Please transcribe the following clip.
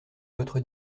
votre